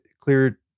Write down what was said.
clear